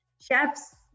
chefs